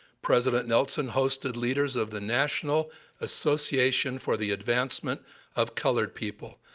president nelson hosted leaders of the national association for the advancement of colored people,